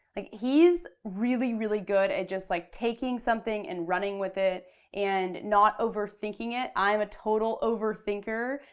like he's really, really good at just like taking something and running with it and not overthinking it. i'm a total over-thinker,